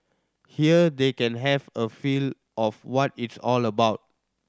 here they can have a feel of what it's all about